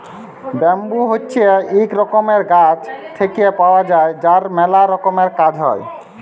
bamboo হছে ইক রকমের গাছ থেক্যে পাওয়া যায় যার ম্যালা রকমের কাজ হ্যয়